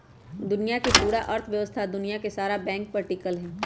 दुनिया के पूरा अर्थव्यवस्था दुनिया के सारा बैंके पर टिकल हई